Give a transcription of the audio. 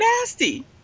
nasty